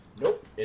Nope